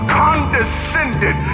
condescended